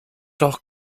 doch